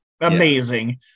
amazing